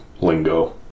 lingo